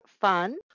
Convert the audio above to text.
fun